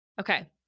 okay